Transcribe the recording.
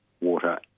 water